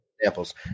examples